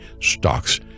stocks